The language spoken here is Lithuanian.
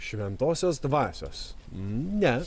šventosios dvasios ne